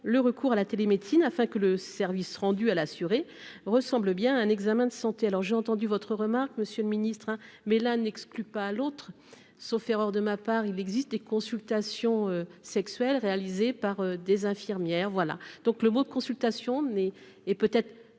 le recours à la télémédecine, afin que le service rendu à l'assuré, ressemble bien à un examen de santé, alors j'ai entendu votre remarque, monsieur le ministre, hein, mais là n'exclut pas l'autre, sauf erreur de ma part il existe des consultations sexuels réalisés par des infirmières, voilà donc le mot de consultation nez et peut-être plus